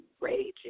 raging